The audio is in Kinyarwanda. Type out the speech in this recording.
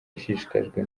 ishishikajwe